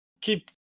keep